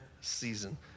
season